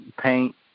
paint